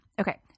Okay